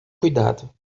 cuidado